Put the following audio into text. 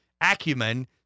acumen